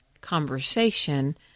conversation